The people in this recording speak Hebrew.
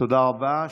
תודה רבה.